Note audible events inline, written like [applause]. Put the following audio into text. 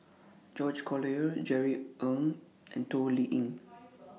George Collyer Jerry Ng and Toh Liying [noise]